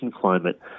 climate